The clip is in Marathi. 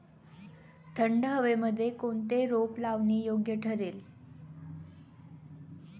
थंड हवेमध्ये कोणते रोप लावणे योग्य ठरेल?